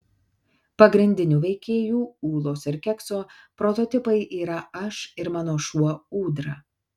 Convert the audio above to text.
pagrindinių veikėjų ūlos ir kekso prototipai yra aš ir mano šuo ūdra